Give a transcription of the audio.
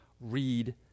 read